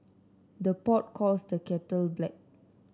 the pot calls the kettle black